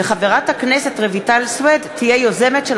וחברת הכנסת רויטל סויד תהיה יוזמת של